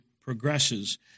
progresses